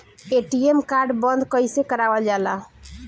ATM card बन्द कईसे करावल जाला?